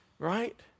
right